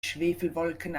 schwefelwolken